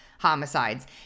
homicides